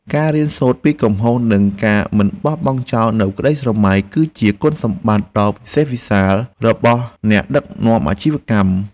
ការរៀនសូត្រពីកំហុសនិងការមិនបោះបង់ចោលនូវក្តីស្រមៃ គឺជាគុណសម្បត្តិដ៏វិសេសវិសាលរបស់អ្នកដឹកនាំអាជីវកម្ម។